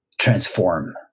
transform